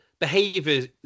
Behaviors